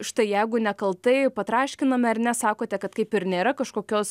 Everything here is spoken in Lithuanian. štai jeigu nekaltai patraškiname ar ne sakote kad kaip ir nėra kažkokios